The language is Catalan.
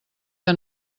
que